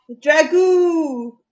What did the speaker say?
Dragoo